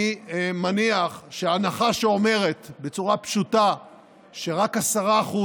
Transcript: אני מניח שההנחה שאומרת בצורה פשוטה שרק 10%